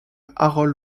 harold